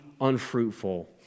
unfruitful